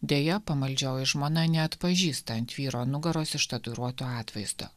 deja pamaldžioji žmona neatpažįsta ant vyro nugaros ištatuiruoto atvaizdo